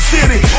City